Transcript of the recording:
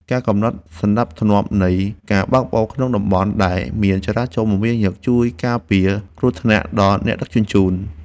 ការកំណត់សណ្ដាប់ធ្នាប់នៃការបើកបរក្នុងតំបន់ដែលមានចរាចរណ៍មមាញឹកជួយការពារគ្រោះថ្នាក់ដល់អ្នកដឹកជញ្ជូន។